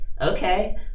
okay